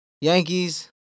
Yankees